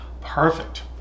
perfect